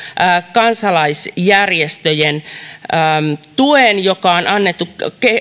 kansalaisjärjestöjen tuet jotka on annettu